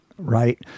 Right